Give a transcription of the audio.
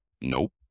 Nope